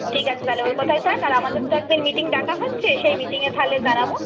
ঠিক আছে তাহলে ওই কথাই থাক আর আমাদের তো একদিন মিটিং ডাকা হচ্ছে সেই মিটিংয়ে তাহলে জানাবো